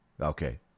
Okay